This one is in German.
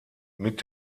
mit